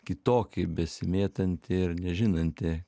kitokį besimėtantį ir nežinantį